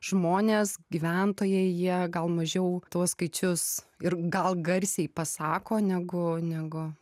žmonės gyventojai jie gal mažiau tuos skaičius ir gal garsiai pasako negu negu